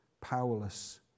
powerless